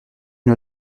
une